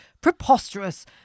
Preposterous